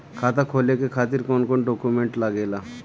खाता खोले के खातिर कौन कौन डॉक्यूमेंट लागेला?